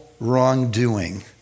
wrongdoing